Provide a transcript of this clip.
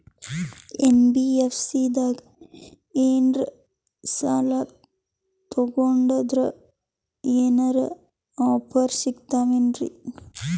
NBFC ದಾಗ ಏನ್ರ ಸಾಲ ತೊಗೊಂಡ್ನಂದರ ಏನರ ಆಫರ್ ಸಿಗ್ತಾವೇನ್ರಿ?